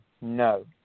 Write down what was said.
No